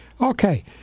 Okay